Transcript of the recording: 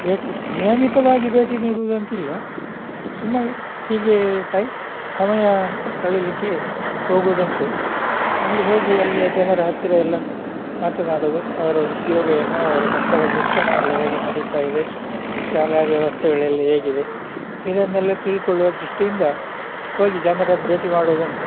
ಭೇಟಿ ನಿಯಮಿತವಾಗಿ ಭೇಟಿ ನೀಡುವುದು ಅಂತಿಲ್ಲ ಸುಮ್ಮನೆ ಹೀಗೆ ಟೈ ಸಮಯ ಕಳಿಲಿಕ್ಕೆ ಹೋಗುವುದುಂಟು ಅಲ್ಲಿ ಹೋಗಿ ಅಲ್ಲಿಯ ಜನರ ಹತ್ತಿರ ಎಲ್ಲ ಮಾತನಾಡುವುದು ಅವರ ಉದ್ಯೋಗ ಏನು ಅವರ ಮಕ್ಕಳ ಶಿಕ್ಷಣ ಎಲ್ಲ ಹೇಗೆ ನಡಿತಾ ಇದೆ ಶಾಲಾ ವ್ಯವಸ್ಥೆಗಳೆಲ್ಲ ಹೇಗಿದೆ ಇದನ್ನೆಲ್ಲ ತಿಳ್ಕೊಳ್ಳುವ ದೃಷ್ಟಿಯಿಂದ ಹೋಗಿ ಜನರನ್ನ ಭೇಟಿ ಮಾಡುವುದುಂಟು